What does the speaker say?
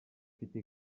mfite